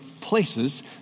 places